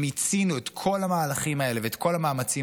שמיצינו את כל המהלכים האלה ואת כל המאמצים